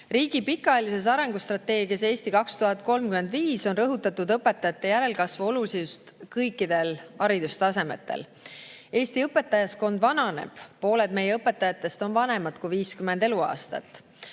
Riigi pikaajalises arengustrateegias "Eesti 2035" on rõhutatud õpetajate järelkasvu olulisust kõikidel haridustasemetel. Eesti õpetajaskond vananeb, pooled meie õpetajatest on vanemad kui 50 eluaastat.